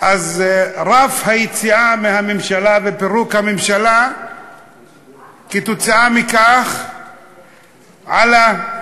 רף היציאה מהממשלה ופירוק הממשלה כתוצאה מכך עלה,